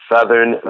Southern